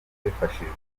abifashijwemo